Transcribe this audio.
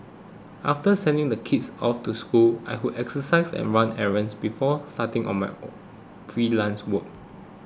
after sending the kids off to school I would exercise and run errands before starting on my freelance work